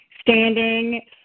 standing